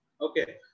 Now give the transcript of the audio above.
okay